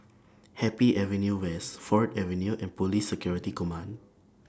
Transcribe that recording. Happy Avenue West Ford Avenue and Police Security Command